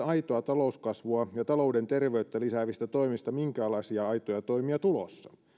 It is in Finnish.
aitoa talouskasvua ja talouden terveyttä lisäävistä toimista minkäänlaisia aitoja toimia tulossa